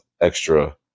extra